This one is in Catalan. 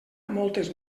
moltes